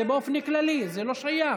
זה באופן כללי, זה לא שייך.